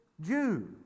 Jew